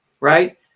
right